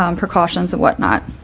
um precautions and whatnot.